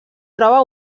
troba